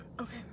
Okay